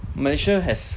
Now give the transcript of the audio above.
malaysia has